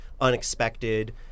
unexpected